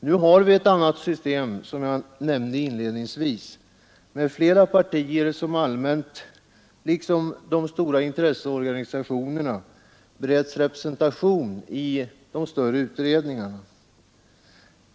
Nu har vi ett annat system, som jag nämnde inledningsvis, med flera partier som allmänt, liksom de stora intresseorganisationerna, bereds representation i de större utredningarna.